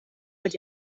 mit